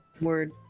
word